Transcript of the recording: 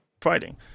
Fighting